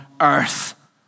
earth